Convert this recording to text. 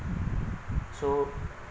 so